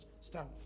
stand